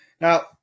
Now